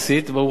ברוך השם,